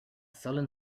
sullen